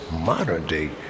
modern-day